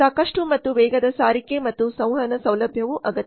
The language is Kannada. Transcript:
ಸಾಕಷ್ಟು ಮತ್ತು ವೇಗದ ಸಾರಿಗೆ ಮತ್ತು ಸಂವಹನ ಸೌಲಭ್ಯವೂ ಅಗತ್ಯ